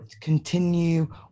Continue